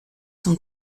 sont